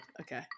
Okay